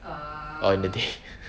or in the day